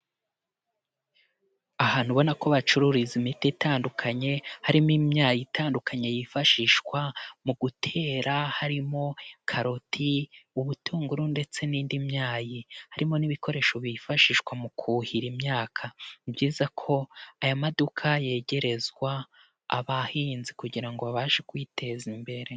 Ahantu ubona ko bacururiza imiti itandukanye harimo imyayi itandukanye yifashishwa mu gutera, harimo karoti, ubutunguru ndetse n'indi myayi harimo n'ibikoresho bifashishwa mu kuhira imyaka, ni byiza ko aya maduka yegerezwa abahinzi kugira ngo babashe kwiteza imbere.